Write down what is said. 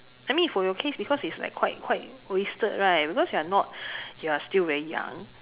I mean for your case because it's like quite quite wasted right because you're not you're still very young